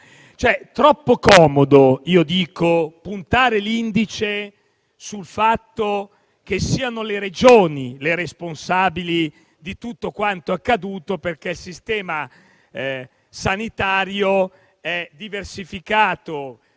mio parere - puntare l'indice sul fatto che siano le Regioni le responsabili di tutto quanto accaduto, perché il Sistema sanitario è diverso